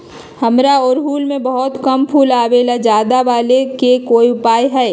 हमारा ओरहुल में बहुत कम फूल आवेला ज्यादा वाले के कोइ उपाय हैं?